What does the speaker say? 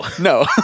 No